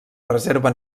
reserva